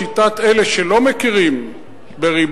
לשיטת אלה שלא מכירים בריבונותנו,